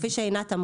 כפי שאמרה עינת,